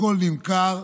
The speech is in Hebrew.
הכול נמכר.